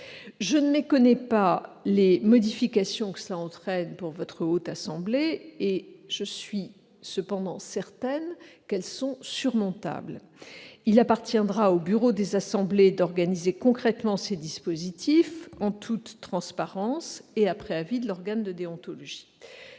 Je ne méconnais pas les modifications que cette mesure entraînera pour la Haute Assemblée, mais je suis certaine qu'elles sont surmontables. Il appartiendra aux bureaux des assemblées d'organiser concrètement ces dispositifs, en toute transparence et après avis de l'organe de déontologie.